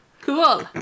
Cool